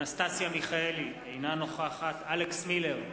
אנסטסיה מיכאלי, אינה נוכחת אלכס מילר,